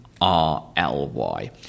R-L-Y